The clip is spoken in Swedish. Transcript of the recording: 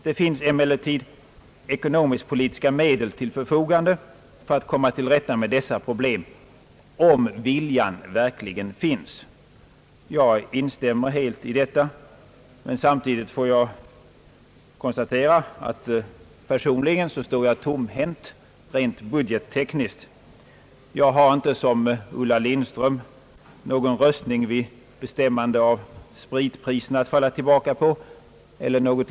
Det finns emellertid ekonomisk-politiska medel till förfogande för att komma till rätta med dessa problem om viljan verkligen finns.» Jag instämmer helt i detta. Samtidigt måste jag konstatera att jag personligen står tomhänt rent budgettekniskt sett. Jag har inte som fru Ulla Lindström någon röstning vid bestämmande av spritpriserna att falla tillbaka på.